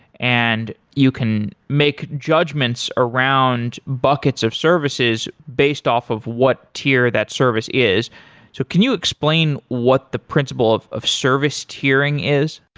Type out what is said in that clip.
and you can make judgments around buckets of services based off of what tier that service is. so can you explain what the principle of of service tiering is?